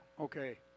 okay